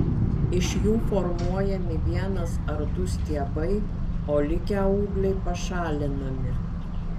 iš jų formuojami vienas ar du stiebai o likę ūgliai pašalinami